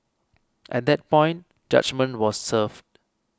at that point judgement was reserved